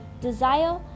desire